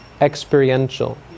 experiential